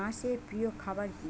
হাঁস এর প্রিয় খাবার কি?